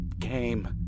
came